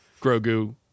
Grogu